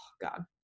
God